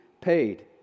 paid